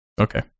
Okay